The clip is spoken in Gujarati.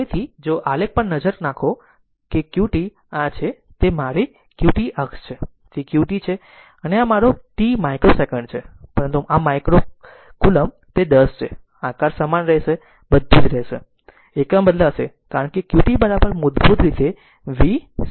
તેથી જો આલેખ પર નજર નાંખો કે qt આ છે તે મારી qt અક્ષ છે તે qt છે અને આ મારો t માઇક્રો સેકંડ છે પરંતુ આ માઇક્રો કુલોમ્બ તે 10 છે આકાર સમાન રહેશે બધુ જ રહેશે એકમ બદલાશે કારણ કે qt મૂળભૂત રીતે વી